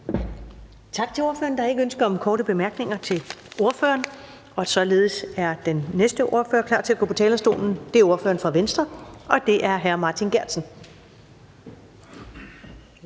Tak til ordføreren. Der er ikke ønsker om korte bemærkninger til ordføreren, og således er den næste ordfører klar til at gå på talerstolen. Det er ordføreren for Venstre, og det er hr. Martin Geertsen.